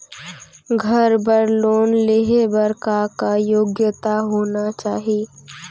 घर बर लोन लेहे बर का का योग्यता होना चाही?